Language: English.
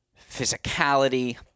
physicality